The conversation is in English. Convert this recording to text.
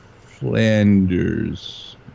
Flanders